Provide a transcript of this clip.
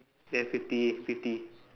then fifty fifty